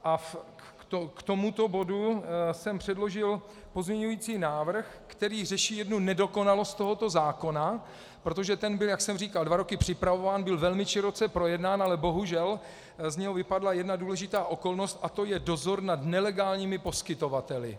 A k tomuto bodu jsem předložil pozměňující návrh, který řeší jednu nedokonalost tohoto zákona, protože ten byl, jak jsem říkal, dva roky připravován, byl velmi široce projednán, ale bohužel z něj vypadla jedna důležitá okolnosti a to je dozor nad nelegálními poskytovateli.